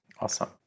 Awesome